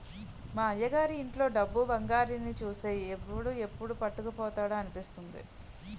మా అయ్యగారి ఇంట్లో డబ్బు, బంగారాన్ని చూస్తే ఎవడు ఎప్పుడు పట్టుకుపోతాడా అనిపిస్తుంది